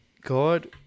God